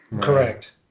correct